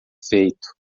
feito